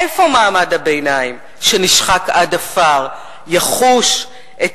איפה מעמד הביניים, שנשחק עד עפר, יחוש את